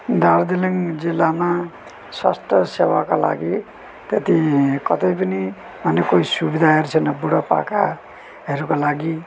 दार्जिलिङ जिल्लामा स्वास्थ्य सेवाका लागि त्यति कतै पनि अनि केही सुविधाहरू छैन बुढोपाकाहरूको लागि